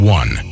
one